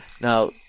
now